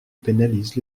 pénalise